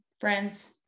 Friends